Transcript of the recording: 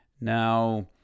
Now